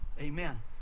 Amen